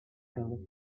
fellow